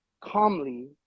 calmly